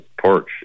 porch